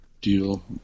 deal